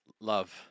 Love